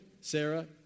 Sarah